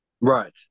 right